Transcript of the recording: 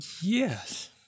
Yes